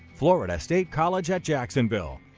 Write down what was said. florida state college at jacksonville.